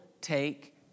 take